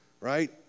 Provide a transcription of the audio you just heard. right